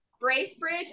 Bracebridge